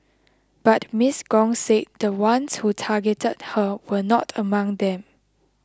but Miss Gong said the ones who targeted her were not among them